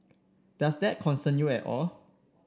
does that concern you at all